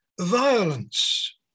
violence